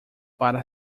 para